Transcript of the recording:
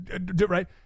right